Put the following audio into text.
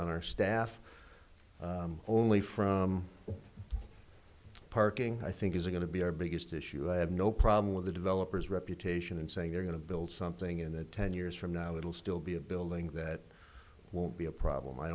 on our staff only from parking i think is going to be our biggest issue i have no problem with the developers reputation and saying they're going to build something in the ten years from now it'll still be a building that won't be a problem i